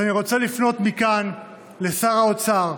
אני רוצה לפנות מכאן לשר האוצר,